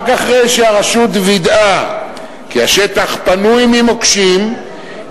רק אחרי שהרשות וידאה כי השטח פנוי ממוקשים,